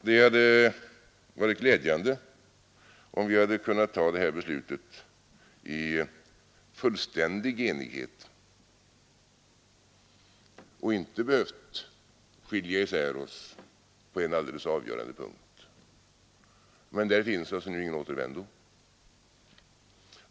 Det hade varit glädjande om vi hade kunnat ta det här beslutet i fullständig enighet och inte behövt skilja isär oss på en alldeles avgörande punkt, men där finns nu ingen återvändo.